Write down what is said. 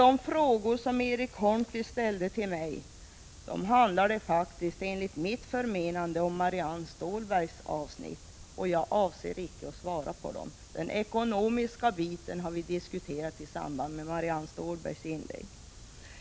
De frågor som Erik Holmkvist ställde till mig handlade enligt mitt förmenande om Marianne Stålbergs avsnitt, och jag avser icke att svara på dem. Den ekonomiska problematiken har vi redan diskuterat i samband med Marianne Stålbergs inlägg.